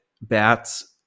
bats